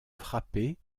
frappées